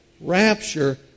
rapture